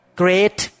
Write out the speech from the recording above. great